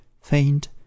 faint